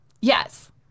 Yes